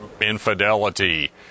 infidelity